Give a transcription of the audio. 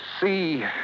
see